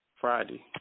Friday